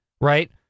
right